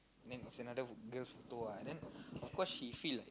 then is another girl's photo lah then of course she feel like